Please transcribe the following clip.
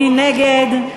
מי נגד?